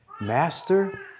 Master